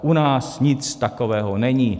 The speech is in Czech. U nás nic takového není.